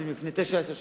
לפני תשע-עשר שנים,